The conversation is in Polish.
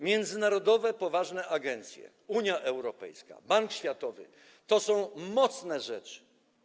Międzynarodowe, poważne agencje, Unia Europejska, Bank Światowy - to są mocne rzeczy.